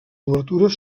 obertures